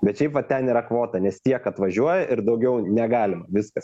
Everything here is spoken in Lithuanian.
bet šiaip va ten yra kvota nes tiek atvažiuoja ir daugiau negalima viskas